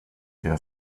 der